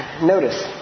notice